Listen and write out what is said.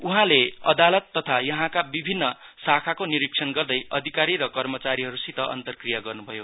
उहाँले अदालत तथा यहाँका विभिन्न शाखाको निरीक्षण गर्दै अधिकारी र कर्मचारीहरूसित अन्तरक्रिया गर्नभयो